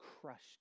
crushed